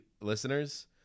listeners